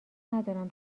ندارم